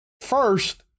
first